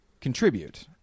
contribute